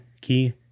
key